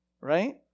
right